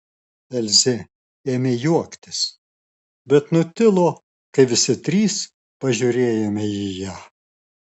elzė ėmė juoktis bet nutilo kai visi trys pažiūrėjome į ją